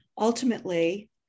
ultimately